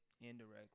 indirectly